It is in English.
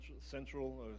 central